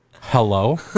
Hello